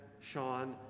Sean